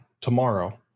tomorrow